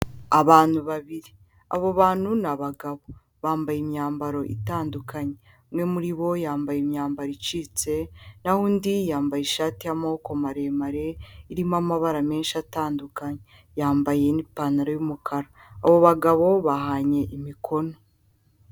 Abantu babiri, abo bantu ni abagabo bambaye imyambaro itandukanye, umwe muri bo yambaye imyambaro icitse naho undi yambaye ishati y'amaboko maremare irimo amabara menshi atandukanye, yambaye n'ipantaro y'umukara. Abo bagabo bahanye imikono.